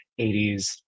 80s